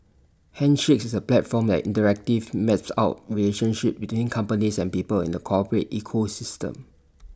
handshakes is A platform that interactively maps out relationships between companies and people in the corporate ecosystem